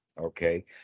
Okay